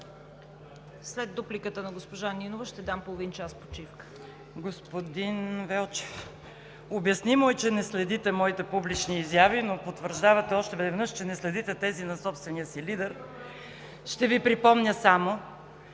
След дупликата на госпожа Нинова ще дам половин час почивка. КОРНЕЛИЯ НИНОВА (БСП за България): Господин Велчев, обяснимо е, че не следите моите публични изяви, но потвърждавате още веднъж, че не следите тези на собствения си лидер. Ще Ви припомня само,